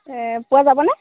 পোৱা যাবনে